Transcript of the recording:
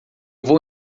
vou